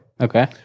Okay